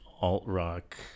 Alt-Rock